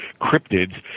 cryptids